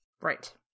Right